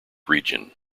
region